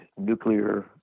nuclear